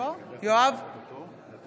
בעד גלעד קריב,